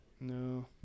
No